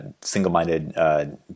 single-minded